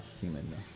human